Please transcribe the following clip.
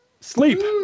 Sleep